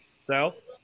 South